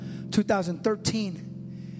2013